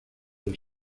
las